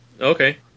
Okay